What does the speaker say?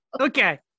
Okay